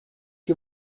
que